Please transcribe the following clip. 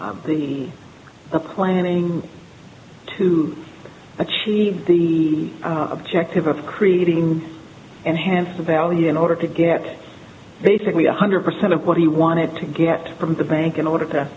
n the planning to achieve the objective of creating and hence the value in order to get basically one hundred percent of what he wanted to get from the bank in order t